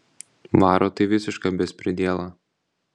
varo tai visišką bespridielą